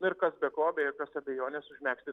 na ir kas be ko be jokios abejonės užmegzti